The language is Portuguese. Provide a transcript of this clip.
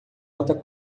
alta